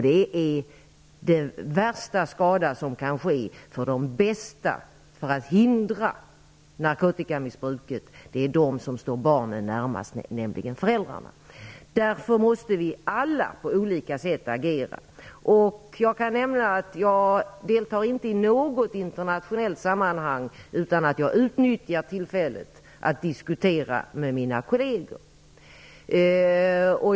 Det är den värsta skada som kan ske, därför att de som är bäst på att hindra narkotikamissbruket är de som står barnen närmast, nämligen föräldrarna. Därför måste vi alla agera på olika sätt. Jag kan nämna att jag inte deltar i något internationellt sammanhang utan att utnyttja tillfället att diskutera med mina kolleger.